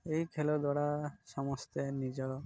ଏହି ଖେଳ ଦ୍ୱାରା ସମସ୍ତେ ନିଜର